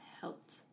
helped